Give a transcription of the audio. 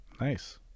nice